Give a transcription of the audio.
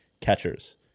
catchers